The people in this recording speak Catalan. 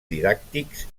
didàctics